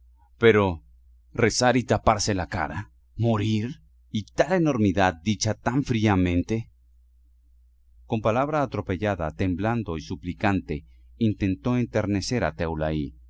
pero rezar y taparse la cara morir y tal enormidad dicha tan fríamente con palabra atropellada temblando y suplicante intentó enternecer a